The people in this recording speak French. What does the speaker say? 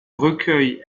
recueil